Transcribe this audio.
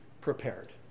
prepared